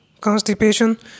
constipation